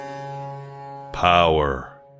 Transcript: Power